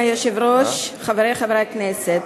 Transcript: וחבר הכנסת